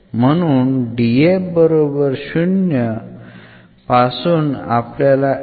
म्हणून पासून आपल्याला मिळेल